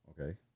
okay